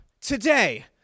today